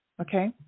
Okay